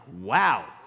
wow